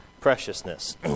Preciousness